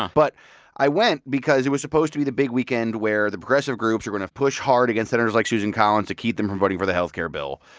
but i went because it was supposed to be the big weekend where the progressive groups were going to push hard against senators like susan collins to keep them from voting for the health care bill.